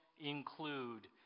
include